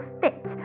fit